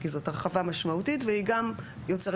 כי זאת הרחבה משמעותית והיא גם יוצרת